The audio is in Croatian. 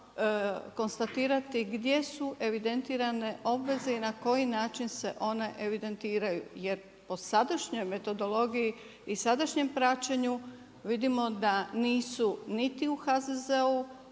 bilo bitno konstatirati gdje su evidentirane obveze i na koji način se one evidentiraju. Jer po sadašnjoj metodologiji i sadašnjem praćenju vidimo da nisu niti u HZZO-u,